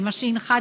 זה מה שהנחה,